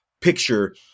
picture